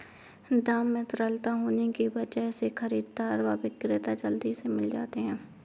दाम में तरलता होने की वजह से खरीददार व विक्रेता जल्दी से मिल जाते है